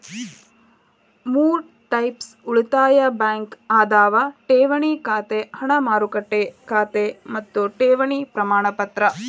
ಮೂರ್ ಟೈಪ್ಸ್ ಉಳಿತಾಯ ಬ್ಯಾಂಕ್ ಅದಾವ ಠೇವಣಿ ಖಾತೆ ಹಣ ಮಾರುಕಟ್ಟೆ ಖಾತೆ ಮತ್ತ ಠೇವಣಿ ಪ್ರಮಾಣಪತ್ರ